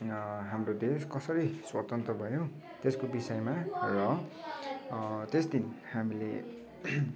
हाम्रो देश कसरी स्वतन्त्र भयो त्यसको विषयमा र त्यस दिन हामीले